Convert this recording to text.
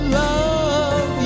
love